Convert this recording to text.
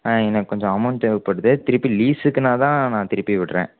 ஆ எனக்கு கொஞ்சம் அமௌன்ட் தேவைப்படுது திருப்பி லீஸுக்குன்னாதான் நான் திருப்பியும் விடறேன்